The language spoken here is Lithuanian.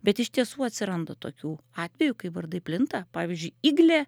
bet iš tiesų atsiranda tokių atvejų kai vardai plinta pavyzdžiui iglė